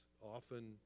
often